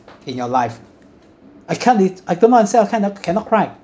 in your life I can't li~ I don't understand I cannot cannot cry